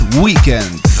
weekend